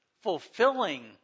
fulfilling